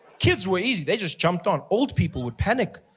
kids were easy, they just jumped on. old people would panic.